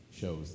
shows